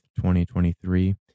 2023